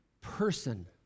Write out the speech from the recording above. person